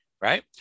Right